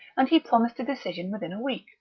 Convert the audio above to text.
and he promised a decision within a week